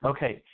Okay